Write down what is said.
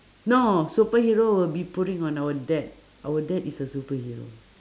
no superhero will be putting on our dad our dad is a superhero